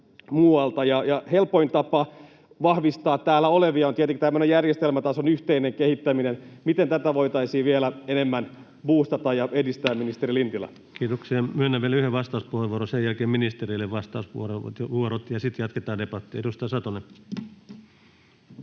Helpoin tapa vahvistaa täällä olevia on tietenkin tämmöinen järjestelmätason yhteinen kehittäminen. Miten tätä voitaisiin vielä enemmän buustata ja edistää, ministeri Lintilä? Kiitoksia. — Myönnän vielä yhden vastauspuheenvuoron, sen jälkeen ministereille vastauspuheenvuorot, ja sitten jatketaan debattia. — Edustaja Satonen.